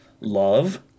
love